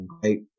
great